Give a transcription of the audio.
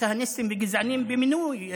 כהניסטים וגזענים במינוי?